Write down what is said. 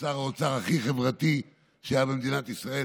הוא שר האוצר הכי חברתי שהיה במדינת ישראל.